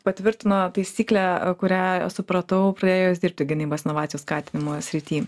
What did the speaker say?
patvirtino taisyklę kurią supratau pradėjus dirbti gynybos inovacijų skatinimo srity